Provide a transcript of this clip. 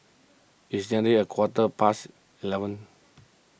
its nearly a quarter past eleven